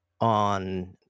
on